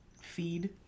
feed